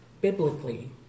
biblically